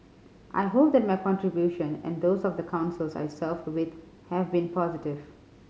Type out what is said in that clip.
I hope that my contribution and those of the Councils I served with have been positive